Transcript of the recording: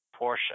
Porsche